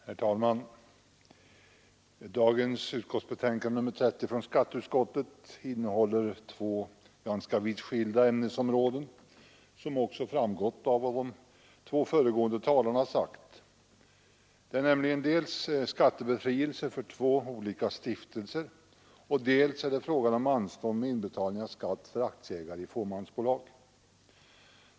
Herr talman! Förevarande utskottsbetänkande — nr 30 — från skatteutskottet gäller, som också framgått av vad de föregående talarna sagt, två ganska vitt skilda ämnen, nämligen dels skattebefrielse för två stiftelser, dels anstånd med inbetalning av skatt för aktieägare i fåmansbolag.